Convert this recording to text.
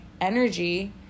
energy